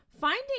finding